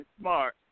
smart